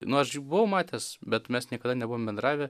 nu aš jį buvau matęs bet mes niekada nebuvom bendravę